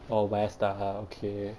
oh west ah okay